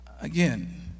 Again